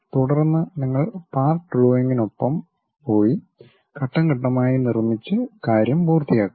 തുടർന്ന് നിങ്ങൾ പാർട്ട് ഡ്രോയിംഗിനൊപ്പം പോയി ഘട്ടം ഘട്ടമായി നിർമ്മിച്ച് കാര്യം പൂർത്തിയാക്കുക